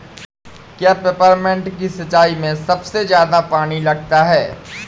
क्या पेपरमिंट की सिंचाई में सबसे ज्यादा पानी लगता है?